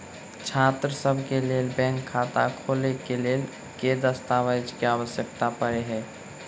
छात्रसभ केँ लेल बैंक खाता खोले केँ लेल केँ दस्तावेज केँ आवश्यकता पड़े हय?